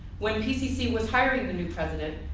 when pcc was hiring the new president,